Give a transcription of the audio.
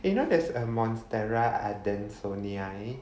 you know there's a monstera adansonii